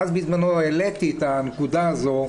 בזמנו העליתי את הנקודה הזו,